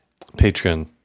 Patreon